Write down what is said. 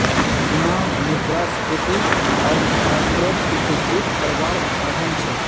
पुनः मुद्रस्फ्रिती अर्थ्शाश्त्रोक उत्तेजित कारवार साधन छे